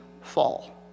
fall